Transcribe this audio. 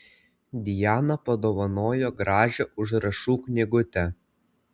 dijana padovanojo gražią užrašų knygutę